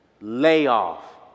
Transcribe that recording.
Layoff